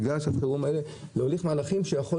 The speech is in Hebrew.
בגלל שקורים הדברים האלה להוליך מהלכים שיכול